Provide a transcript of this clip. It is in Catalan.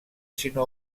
sinó